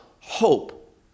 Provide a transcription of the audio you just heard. hope